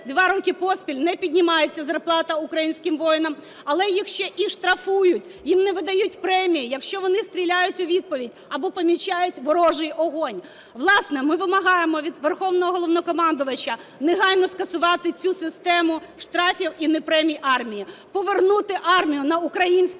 2 роки поспіль не піднімається зарплата українським воїнам. Але їх ще і штрафують, їм не видають премії, якщо вони стріляють у відповідь або помічають ворожий вогонь. Власне, ми вимагаємо від Верховного Головнокомандувача негайно скасувати цю систему штрафів і непремій армії, повернути армію на українські